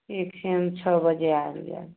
ठीक छै हम छओ बजे आबि जाएब